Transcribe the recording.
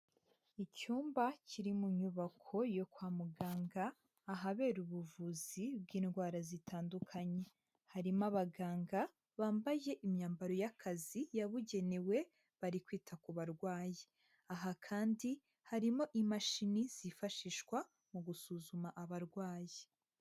Icyumba kiri mu nyubako yo kwa muganga ahabera ubuvuzi bw'indwara zitandukanye, harimo abaganga bambaye imyambaro y'akazi yabugenewe bari kwita ku barwayi, aha kandi harimo imashini zifashishwa mu gusuzuma abarwayi.